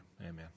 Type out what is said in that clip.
amen